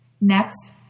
Next